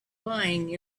lying